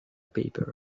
paper